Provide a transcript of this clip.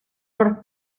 per